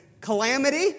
Calamity